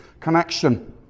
connection